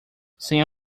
sem